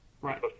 Right